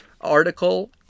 article